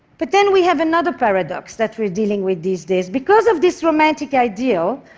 but then we have another paradox that we're dealing with these days. because of this romantic ideal,